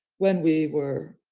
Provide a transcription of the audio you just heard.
when we were